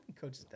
Coach